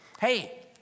hey